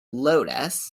lotus